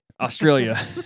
Australia